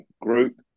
group